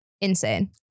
insane